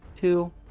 two